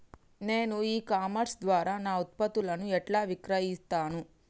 నేను e commerce ద్వారా నా ఉత్పత్తులను ఎట్లా విక్రయిత్తను?